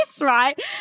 right